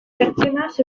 bertzenaz